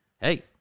hey